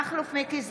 מכלוף מיקי זוהר,